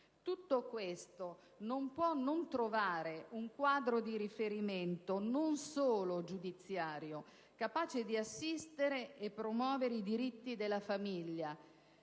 Tutto questo non può non trovare un quadro di riferimento, non solo giudiziario, capace di assistere e promuovere i diritti della famiglia,